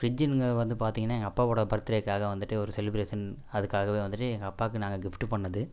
ஃப்ரிட்ஜ்ஜிங்க வந்து பார்த்தீங்கன்னா எங்கள் அப்பாவோடய பர்த்ரேக்காக வந்துட்டு ஒரு செலிப்ரேஷன் அதுக்காவே வந்துட்டு எங்கள் அப்பாக்கு நாங்கள் கிஃப்ட்டு பண்ணிணது